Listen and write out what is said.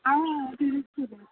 आं उलयता